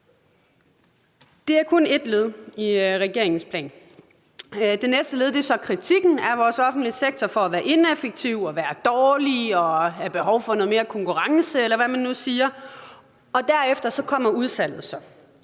Det er kun det første led i regeringens plan. Det næste led er så kritikken af vores offentlige sektor for at være ineffektiv og dårlig og påstanden om, at den har behov for noget mere konkurrence, eller hvad man nu siger.